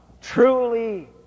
truly